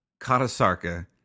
katasarka